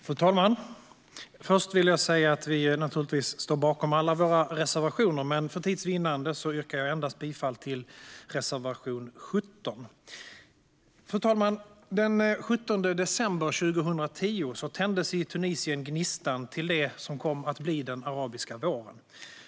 Fru talman! Först vill jag säga att vi naturligtvis står bakom alla våra reservationer, men för tids vinnande yrkar jag bifall endast till reservation 17. Fru talman! Den 17 december 2010 tändes i Tunisien gnistan till det som kom att bli den arabiska våren.